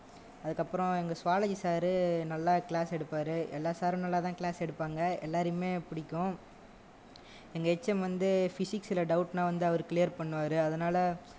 அதுக்கப்புறம் எங்கள் zoology sir நல்லா க்ளாஸ் எடுப்பார் எல்லா சாரும் நல்லா தான் க்ளாஸ் எடுப்பாங்கள் எல்லாரையுமே பிடிக்கும் எங்கள் எச்எம் வந்து ஃபிசிக்ஸ்ஸில் டவுட்னா வந்து அவர் க்ளியர் பண்ணுவார் அதனால்